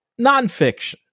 Nonfiction